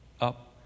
up